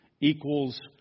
equals